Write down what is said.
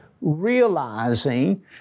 realizing